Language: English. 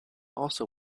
also